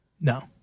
No